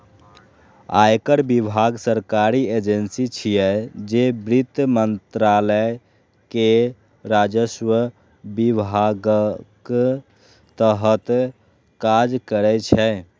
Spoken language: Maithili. आयकर विभाग सरकारी एजेंसी छियै, जे वित्त मंत्रालय के राजस्व विभागक तहत काज करै छै